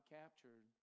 captured